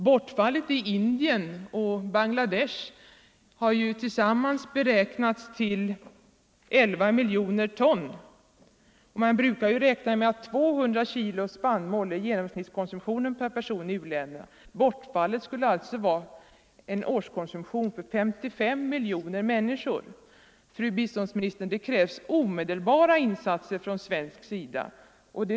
Underskotten i Indien och Bangladesh har sammantaget uppskattats till 11 miljoner ton, och man brukar räkna med att 200 kilo spannmål är genomsnittskonsumtionen per person i u-länderna. Alltså skulle underskotten motsvara årskonsumtionen för 55 miljoner människor. Fru biståndsminister! Det krävs omedelbara insatser från svensk sida.